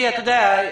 אתה יודע,